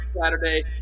Saturday